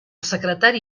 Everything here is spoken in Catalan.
secretari